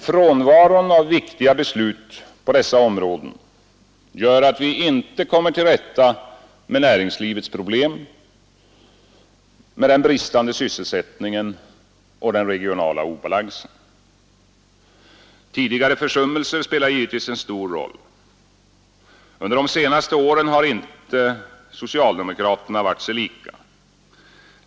Frånvaron av viktiga beslut på dessa områden gör att vi inte kommer till rätta med näringslivets problem, med den bristande sysselsättningen och med den regionala obalansen. Tidigare försummelser spelar givetvis en stor roll. Under de senaste åren har inte socialdemokraterna varit sig lika.